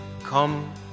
come